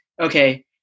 okay